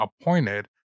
appointed